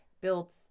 Built